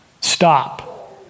stop